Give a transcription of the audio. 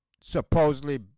supposedly